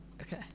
Okay